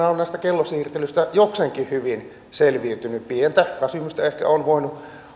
näistä kellonsiirtelyistä jokseenkin hyvin selviytynyt pientä väsymystä ehkä on voinut